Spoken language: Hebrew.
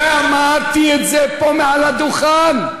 ואמרתי את זה פה מעל הדוכן,